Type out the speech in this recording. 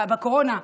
בקורונה,